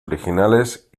originales